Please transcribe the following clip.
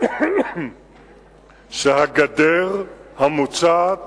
להבין שהגדר המוצעת